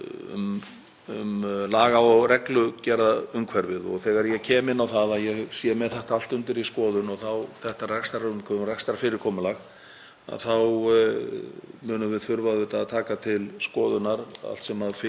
við auðvitað þurfa að taka til skoðunar allt sem fylgir því laga- og regluverki. Þegar ég er að tala um breytingar á rekstrarumhverfi er ég ekki endilega að tala um einkavæðingu í rekstri fangelsa